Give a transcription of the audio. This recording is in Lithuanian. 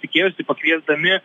tikėjosi pakviesdami